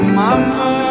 mama